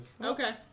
Okay